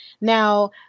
Now